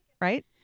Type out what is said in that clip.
right